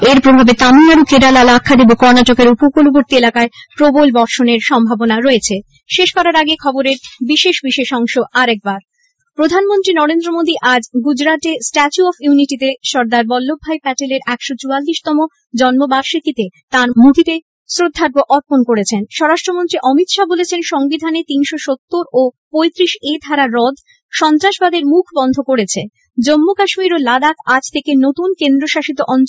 এর প্রভাবে তামিলনাড় কেরলের লাক্ষাদ্বীপ এবং কর্ণাটকের উপকূলবর্তী এলাকায় প্রবল বর্ষণের সম্ভাবনা রয়েছে